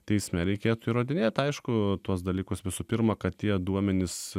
teisme reikėtų įrodinėti aišku tuos dalykus visų pirma kad tie duomenys